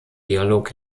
dialog